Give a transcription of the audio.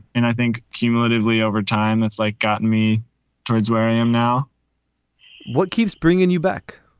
and i think cumulatively over time, it's like gotten me towards where i am now what keeps bringing you back?